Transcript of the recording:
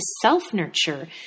self-nurture